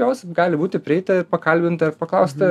jos gali būti prieita pakalbinta ir paklausta